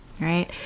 right